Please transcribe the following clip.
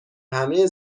همه